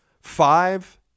five